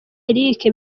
eric